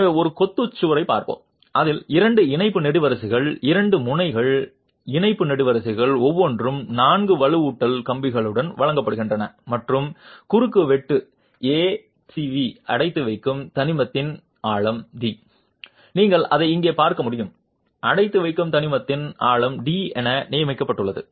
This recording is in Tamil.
எனவே ஒரு கொத்து சுவரைப் பார்ப்போம் அதில் இரண்டு இணைப்பு நெடுவரிசைகள் இரண்டு முனைகள் இணைப்பு நெடுவரிசைகள் ஒவ்வொன்றும் நான்கு வலுவூட்டல் கம்பிகளுடன் வழங்கப்படுகின்றன மற்றும் குறுக்குவெட்டு A rv அடைத்து வைக்கும் தனிமத்தின் ஆழம் d நீங்கள் அதை இங்கே பார்க்க முடியும் அடைத்து வைக்கும் தனிமத்தின் ஆழம் d என நியமிக்கப்பட்டுள்ளது